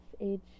age